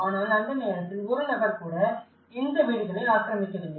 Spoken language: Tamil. ஆனால் அந்த நேரத்தில் ஒரு நபர் கூட இந்த வீடுகளை ஆக்கிரமிக்கவில்லை